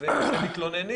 והם מתלוננים.